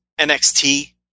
NXT